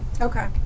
Okay